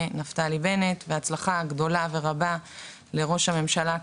נפתלי בנט והצלחה גדולה ורבה לראש הממשלה הבא,